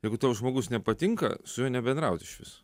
jeigu tau žmogus nepatinka su juo nebendraut išvis